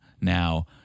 now